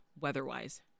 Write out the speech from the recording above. weather-wise